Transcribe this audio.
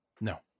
No